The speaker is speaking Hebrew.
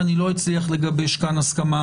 אני לא אצליח לגבש כאן הסכמה,